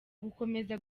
gukomeza